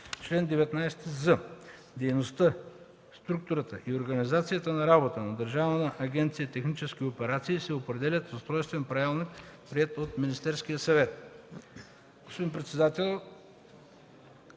Чл. 19з. Дейността, структурата и организацията на работа на Държавна агенция „Технически операции” се определят с устройствен правилник, приет от Министерския съвет.” Госпожо председател,